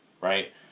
right